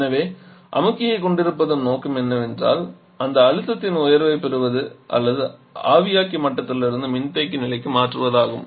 எனவே அமுக்கியைக் கொண்டிருப்பதன் நோக்கம் என்னவென்றால் இந்த அழுத்தத்தின் உயர்வைப் பெறுவது அல்லது ஆவியாக்கி மட்டத்திலிருந்து மின்தேக்கி நிலைக்கு மாற்றுவதாகும்